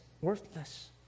worthless